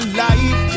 life